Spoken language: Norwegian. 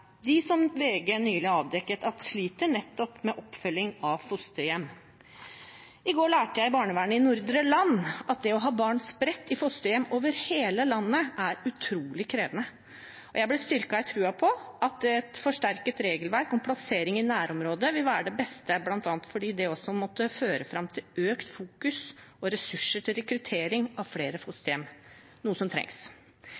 som VG nylig avdekket at sliter med nettopp oppfølging av fosterhjem. I går lærte jeg i barnevernet i Nordre Land at det er utrolig krevende å ha barn spredt i fosterhjem over hele landet. Jeg ble styrket i troen på at et forsterket regelverk om plassering i nærområdet vil være det beste, bl.a. fordi det også vil måtte føre til økt oppmerksomhet og ressurser til rekruttering av flere